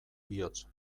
bihotz